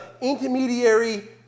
intermediary